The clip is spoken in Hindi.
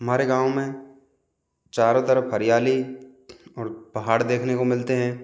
हमारे गाँव में चारों तरफ़ हरियाली और पहाड़ देखने को मिलते हैं